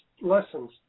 lessons